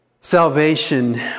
salvation